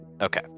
Okay